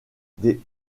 des